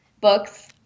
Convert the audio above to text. Books